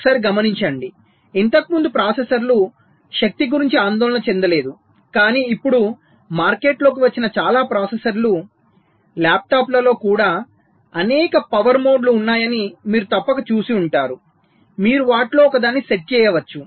ఒకసారి గమనించండిఇంతకు ముందు ప్రాసెసర్లు శక్తి గురించి ఆందోళన చెందలేదు కానీ ఇప్పుడు మార్కెట్లోకి వచ్చిన చాలా ప్రాసెసర్లు ల్యాప్టాప్లలో కూడా అనేక పవర్ మోడ్లు ఉన్నాయని మీరు తప్పక చూసి ఉంటారు మీరు వాటిలో ఒకదాన్ని సెట్ చేయవచ్చు